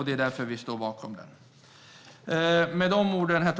Det är därför vi står bakom det.